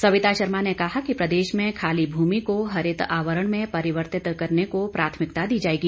सविता शर्मा ने कहा कि प्रदेश में खाली भूमि को हरित आवरण में परिवर्तित करने को प्राथमिकता दी जाएगी